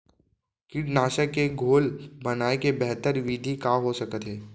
कीटनाशक के घोल बनाए के बेहतर विधि का हो सकत हे?